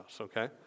okay